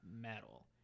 metal